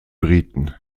briten